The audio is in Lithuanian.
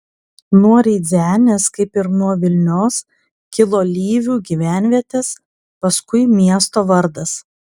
nuo rydzenės kaip ir nuo vilnios kilo lyvių gyvenvietės paskui miesto vardas